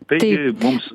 taigi mums